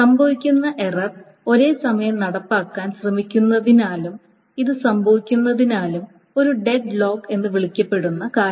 സംഭവിക്കുന്ന എറർ ഒരേസമയം നടപ്പാക്കാൻ ശ്രമിക്കുന്നതിനാലും ഇത് സംഭവിക്കുന്നതിനാലും ഒരു ഡെഡ് ലോക്ക് എന്ന് വിളിക്കപ്പെടുന്ന കാരണം